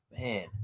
Man